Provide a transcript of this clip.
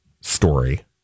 story